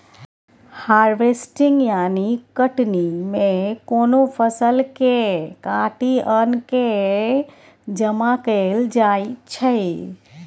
harvesting यानी कटनी मे कोनो फसल केँ काटि अन्न केँ जमा कएल जाइ छै